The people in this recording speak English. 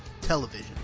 television